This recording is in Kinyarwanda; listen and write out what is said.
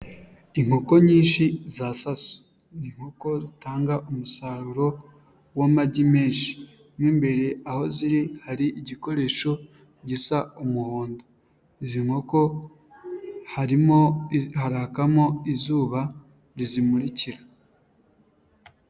Inkoko nyinshi za saso ni inkoko zitanga umusaruro w'amagi menshi. Mu imbere aho ziri hari igikoresho gisa umuhondo. Izi nkoko harimo harakamo izuba rizimurikira.